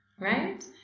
right